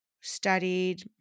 studied